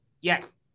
Yes